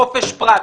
חופש פרט.